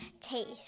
taste